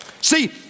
See